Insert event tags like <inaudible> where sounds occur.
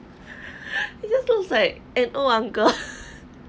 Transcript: you just don't say it add oh uncle <laughs>